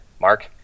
Mark